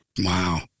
Wow